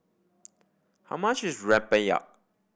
how much is rempeyek